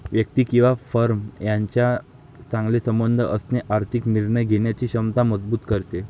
व्यक्ती किंवा फर्म यांच्यात चांगले संबंध असणे आर्थिक निर्णय घेण्याची क्षमता मजबूत करते